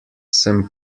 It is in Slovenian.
sem